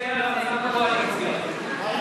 אתה יכול לדבר גם על המצב בקואליציה.